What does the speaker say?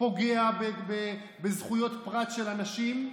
פוגע בזכויות פרט של אנשים,